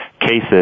cases